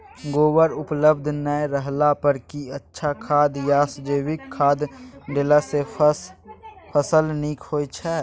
गोबर उपलब्ध नय रहला पर की अच्छा खाद याषजैविक खाद देला सॅ फस ल नीक होय छै?